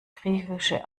griechische